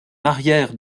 arrière